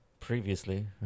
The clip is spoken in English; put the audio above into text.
previously